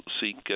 seek